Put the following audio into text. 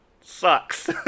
sucks